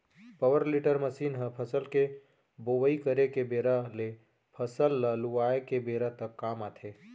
power tiller machine ह फसल के बोवई करे के बेरा ले फसल ल लुवाय के बेरा तक काम आथे